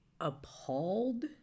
appalled